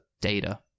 data